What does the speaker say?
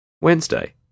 Wednesday